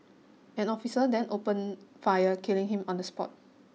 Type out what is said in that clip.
an officer then opened fire killing him on the spot